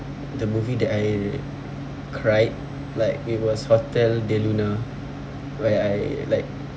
the movie that I cried like it was hotel del luna where I like